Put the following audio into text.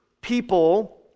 people